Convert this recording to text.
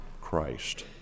Christ